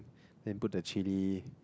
then put the chili